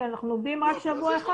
אנחנו עובדים רק שבוע.